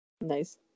Nice